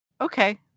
okay